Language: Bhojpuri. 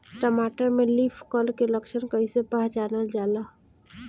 टमाटर में लीफ कल के लक्षण कइसे पहचानल जाला?